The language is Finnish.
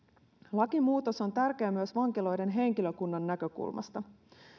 lakimuutos on tärkeä myös vankiloiden henkilökunnan näkökulmasta